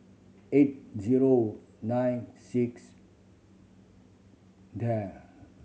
eight zero nine six